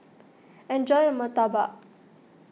enjoy your Murtabak